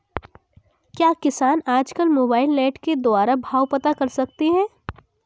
क्या किसान आज कल मोबाइल नेट के द्वारा भाव पता कर सकते हैं?